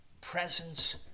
presence